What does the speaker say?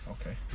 Okay